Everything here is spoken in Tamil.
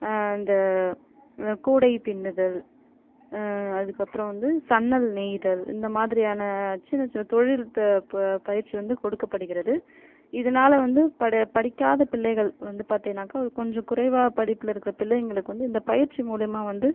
இந்த கூடை பின்னுதல் அதுக்கப்புறம் வந்து சன்னல் நெய்தல் இந்தமாதிரியான சின்ன சின்ன தொழில் த ப பயிற்சி வந்து கொடுக்கப்படுகிறது இதனால வந்து படு படிக்காத பிள்ளைகள் வந்து பார்த்தீங்கனாக்க கொஞ்சம் குறைவாக படிப்புலருக்கிற பிள்ளைங்களுக்கு வந்து இந்த பயிற்சி மூலயமா வந்து